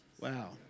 Wow